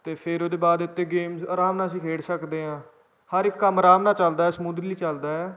ਅਤੇ ਫਿਰ ਉਹਦੇ ਬਾਅਦ ਉਹਤੇ ਗੇਮਸ ਆਰਾਮ ਨਾਲ ਅਸੀਂ ਖੇਡ ਸਕਦੇ ਹਾਂ ਹਰ ਇੱਕ ਕੰਮ ਆਰਾਮ ਨਾਲ ਚੱਲਦਾ ਸਮੁਥਲੀ ਚੱਲਦਾ ਆ